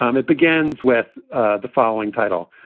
um it begins with ah the following title.